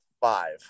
five